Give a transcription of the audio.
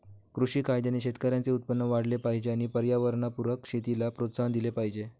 कृषी कायद्याने शेतकऱ्यांचे उत्पन्न वाढले पाहिजे आणि पर्यावरणपूरक शेतीला प्रोत्साहन दिले पाहिजे